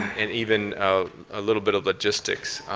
and even a little bit of logistics,